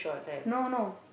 no no